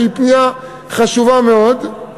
שהיא פנייה חשובה מאוד,